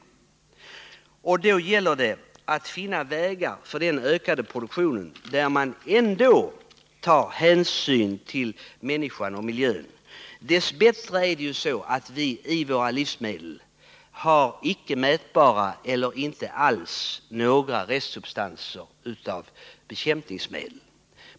Det gäller då att finna vägar för den ökade produktionen där man samtidigt tar hänsyn till människan och miljön. Dess bättre är det så att vi i våra livsmedel har icke mätbara eller inte alls några restsubstanser av bekämpningsmedel.